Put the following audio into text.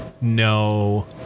No